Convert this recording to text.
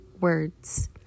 words